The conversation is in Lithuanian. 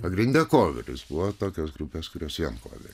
pagrinde koveris buvo tokios grupės kurios vien koverį